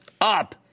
up